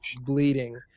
bleeding